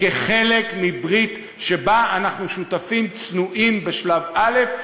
כחלק מברית שבה אנחנו שותפים צנועים בשלב א',